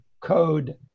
Code